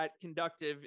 Conductive